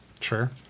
Sure